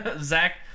Zach